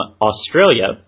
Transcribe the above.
Australia